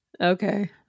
Okay